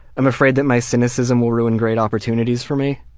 i'm afraid that my cynicism will ruin great opportunities for me.